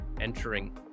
entering